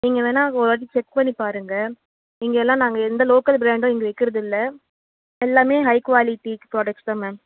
நீங்கள் வேணுனா ஒரு வாட்டி செக் பண்ணிப்பாருங்கள் இங்கேலாம் நாங்கள் எந்த லோக்கல் ப்ராண்டும் இங்கே விற்கிறது இல்லை எல்லாம் ஹை குவாலிட்டி ப்ராடக்ட்ஸ் தான் மேம்